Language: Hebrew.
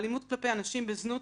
האלימות כלפי אנשים בזנות,